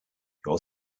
your